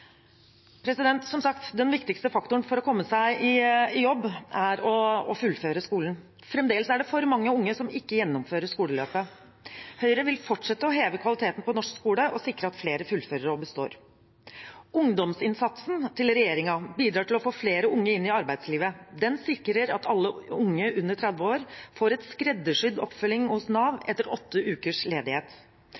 Som sagt er den viktigste faktoren for å komme seg i jobb å fullføre skolen. Fremdeles er det for mange unge som ikke gjennomfører skoleløpet. Høyre vil fortsette å heve kvaliteten på norsk skole og sikre at flere fullfører og består. Ungdomsinnsatsen til regjeringen bidrar til å få flere unge inn i arbeidslivet. Den sikrer at alle unge under 30 år får skreddersydd oppfølging hos Nav